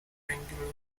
angular